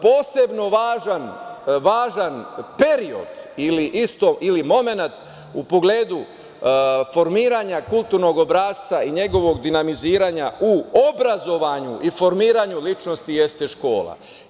Posebno važan period ili momenat u pogledu formiranja kulturnog obrasca i njegovog dinamiziranja u obrazovanju i formiranju ličnosti jeste škola.